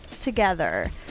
together